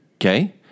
Okay